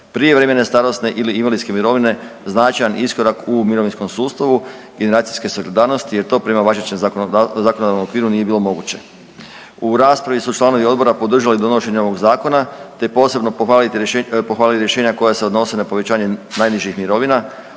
prijevremene starosne ili invalidske mirovine značajan iskorak u mirovinskom sustavu generacijske solidarnosti jer to prema važećem zakonodavnom okviru nije bilo moguće. U raspravi su članovi odbora podržali donošenje ovog zakona te posebno pohvalili rješenja koja se odnose na povećanje najnižih mirovina